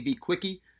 quickie